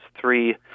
three